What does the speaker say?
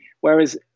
Whereas